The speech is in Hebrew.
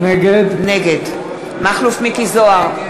נגד מכלוף מיקי זוהר,